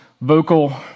vocal